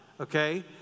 okay